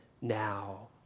now